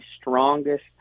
strongest